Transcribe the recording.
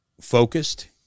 focused